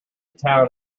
town